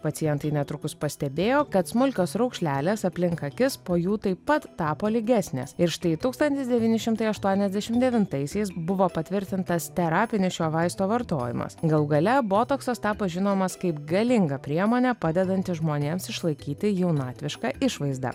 pacientai netrukus pastebėjo kad smulkios raukšlelės aplink akis po jų taip pat tapo lygesnės ir štai tūkstantis devyni šimtai aštuoniasdešimt devintaisiais buvo patvirtintas terapinis šio vaisto vartojimas galų gale botoksas tapo žinomas kaip galinga priemonė padedanti žmonėms išlaikyti jaunatvišką išvaizdą